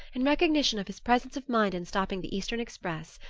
in recognition of his presence of mind in stopping the eastern express.